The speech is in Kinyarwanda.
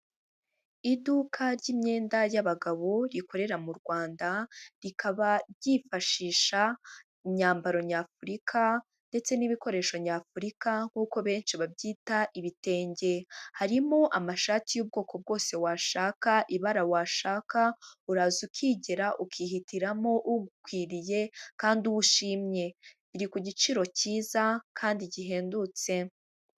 Iduka ry'imyenda y'abagabo rikorera mu Rwanda, rikaba ryifashisha imyambaro Nyafurika ndetse n'ibikoresho nyafurika nk'uko benshi babyita ibitenge. Harimo amashati y'ubwoko bwose washaka, ibara washaka, uraza ukigera, ukihitiramo ugukwiriye kandi uwo ushimye. Riri ku giciro cyiza kandi gihendutse.